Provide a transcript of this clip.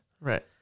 Right